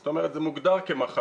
זאת אומרת, זה מוגדר כמחלה.